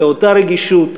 באותה רגישות,